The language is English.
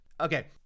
Okay